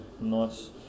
Nice